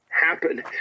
Happen